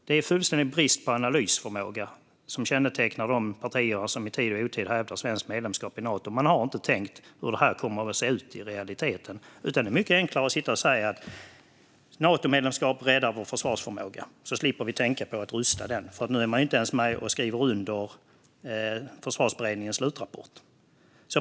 Det är en fullständig brist på analysförmåga som kännetecknar de partier som i tid och otid hävdar svenskt medlemskap i Nato. Man har inte tänkt på hur det kommer att se ut i realiteten. Det är mycket enklare att sitta och säga att Natomedlemskap räddar vår försvarsförmåga, så slipper vi tänka på att rusta den, för nu är man inte ens med och skriver under Försvarsberedningens slutrapport.